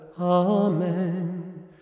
Amen